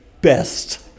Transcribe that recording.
best